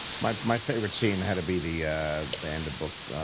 my my favorite scene had to be the the end of book,